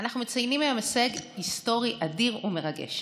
אנחנו מציינים היום הישג היסטורי אדיר ומרגש,